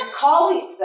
colleagues